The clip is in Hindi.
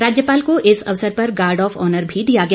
राज्यपाल को इस अवसर पर गार्ड ऑफ ऑनर भी दिया गया